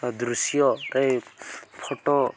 ଦୃଶ୍ୟ ଏ ଫଟୋ